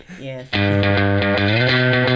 Yes